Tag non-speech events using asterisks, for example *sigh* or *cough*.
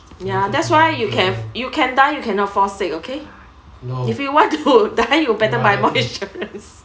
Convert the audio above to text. ya that's why you can you can die you cannot forsake okay if you want to die you better buy more insurance *laughs*